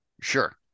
Sure